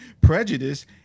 prejudice